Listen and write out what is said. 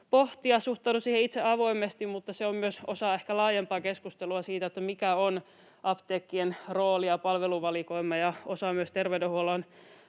pohtia. Suhtaudun siihen itse avoimesti, mutta se on myös osa ehkä laajempaa keskustelua siitä, mikä on apteekkien rooli ja palveluvalikoima ja osa myös terveydenhuollon